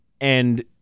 and-